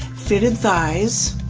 fitted thighs